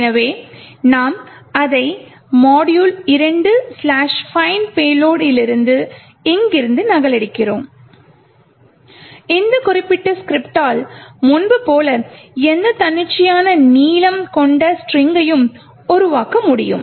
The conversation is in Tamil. எனவே நாம் அதை module2find payload இலிருந்து இங்கிருந்து நகலெடுக்கிறோம் இந்த குறிப்பிட்ட ஸ்கிரிப்ட்டால் முன்பு போல எந்த தன்னிச்சையான நீளம் கொண்ட ஸ்ட்ரிங்கையும் உருவாக்க முடியும்